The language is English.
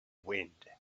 wind